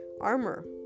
armor